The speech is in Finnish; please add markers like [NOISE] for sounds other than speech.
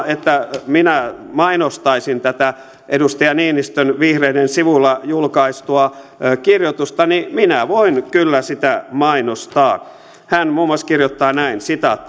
[UNINTELLIGIBLE] että minä mainostaisin tätä edustaja niinistön vihreiden sivuilla julkaistua kirjoitusta niin minä voin kyllä sitä mainostaa hän muun muassa kirjoittaa näin